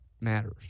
matters